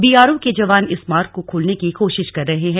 BRO के जवान इस मार्ग को खोलने की कोशिश कर रहे हैं